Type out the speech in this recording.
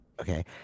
okay